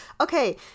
Okay